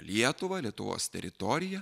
lietuvą lietuvos teritoriją